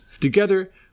together